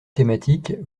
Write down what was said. thématique